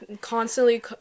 constantly